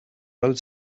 road